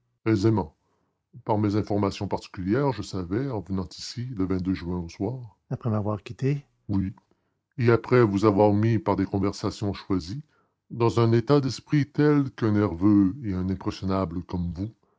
aisément par mes informations particulières je savais en venant ici le juin au soir après m'avoir quitté oui et après vous avoir mis par des conversations choisies dans un état d'esprit tel qu'un nerveux et un impressionnable comme vous